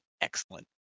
excellent